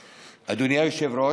בערבית: תודה לכולכם.) אדוני היושב-ראש,